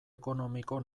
ekonomiko